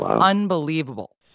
unbelievable